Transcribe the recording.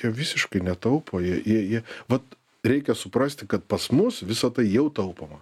jie visiškai netaupo jie jie jie vat reikia suprasti kad pas mus visa tai jau taupoma